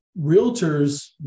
realtors